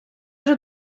вже